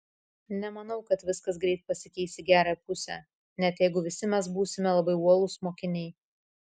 nemanau kad viskas greit pasikeis į gerąją pusę net jeigu visi mes būsime labai uolūs mokiniai